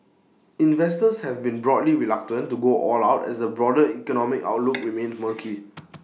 investors have been broadly reluctant to go all out as the broader economic outlook remained murky